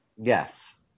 Yes